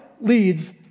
leads